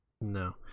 No